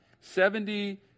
Seventy